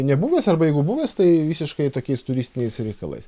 nebuvęs arba jeigu buvęs tai visiškai tokiais turistiniais reikalais